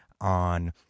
on